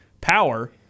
power